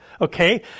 okay